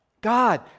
God